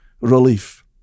relief